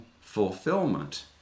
fulfillment